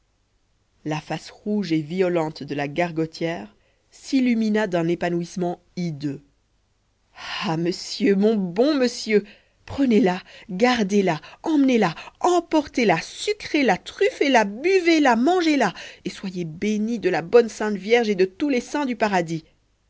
la face rouge et violente de la gargotière s'illumina d'un épanouissement hideux ah monsieur mon bon monsieur prenez-la gardez-la emmenez-la emportez-la sucrez la truffez la buvez la mangez la et soyez béni de la bonne sainte vierge et de tous les saints du paradis